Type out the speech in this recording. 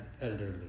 elderly